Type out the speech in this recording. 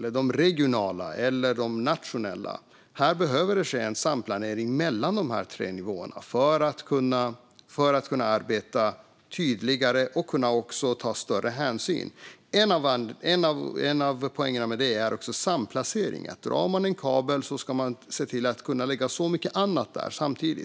de lokala, regionala och nationella elnäten. Det behöver ske samplanering mellan dessa tre nivåer för att man ska kunna arbeta tydligare och kunna ta större hänsyn. En av poängerna med detta är samplacering. Drar man en kabel ska man se till att kunna lägga mycket annat där samtidigt.